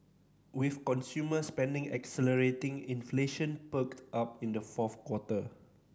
with consumer spending accelerating inflation perked up in the fourth quarter